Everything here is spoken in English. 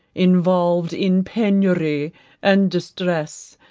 involved in penury and distress,